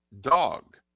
Dog